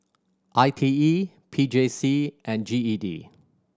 I T E P J C and G E D